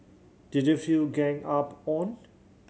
did you feel ganged up on